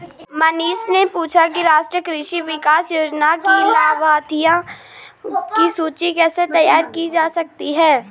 मनीष ने पूछा कि राष्ट्रीय कृषि विकास योजना के लाभाथियों की सूची कैसे तैयार की जा सकती है